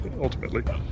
ultimately